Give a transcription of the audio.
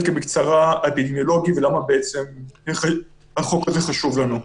בקצרה ולמה בעצם החוק הזה חשוב לנו.